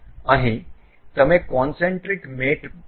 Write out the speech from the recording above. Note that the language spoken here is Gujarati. અહીં તમે કોનસેન્ટ્રિક મેટ જોઈ શકો છો